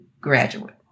graduate